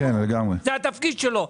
זה התפקיד שלו.